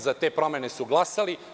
Za te promene su glasali.